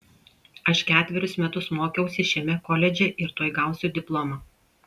aš ketverius metus mokiausi šiame koledže ir tuoj gausiu diplomą